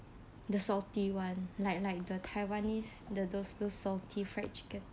the salty [one] like like the taiwanese the those those salty fried chicken